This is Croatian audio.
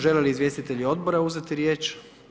Žele li izvjestitelji odbora uzeti riječ?